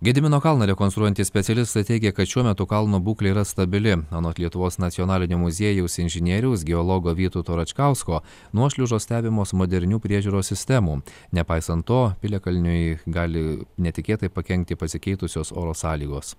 gedimino kalną rekonstruojantys specialistai teigia kad šiuo metu kalno būklė yra stabili anot lietuvos nacionalinio muziejaus inžinieriaus geologo vytauto račkausko nuošliaužos stebimos modernių priežiūros sistemų nepaisant to piliakalniui gali netikėtai pakenkti pasikeitusios oro sąlygos